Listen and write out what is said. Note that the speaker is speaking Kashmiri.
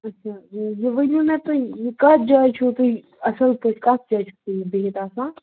اَچھا یہِ ؤنِو مےٚ تُہۍ یہِ کَتھ جایہِ چھُو تُہۍ اَصۭل پٲٹھۍ کَتھ جایہِ چھُو تُہۍ یہِ بِہِتھ آسان